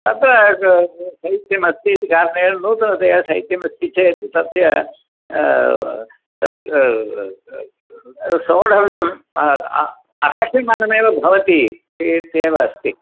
अत्र शैत्यमस्ति इति कारणेन नूतनतया शैत्यमस्ति चेत् तस्य सोढव्यम् असह्यमानमेव भवति इत्येव अस्ति